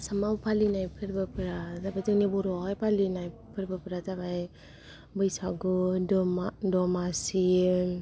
आसामाव फालिनाय फोरबोफोरा जोंनि बर' आवहाय फालिनाय फोरबोफ्रा जाबाय बैसागु दमासि